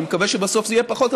אני מקווה שבסוף זה יהיה פחות,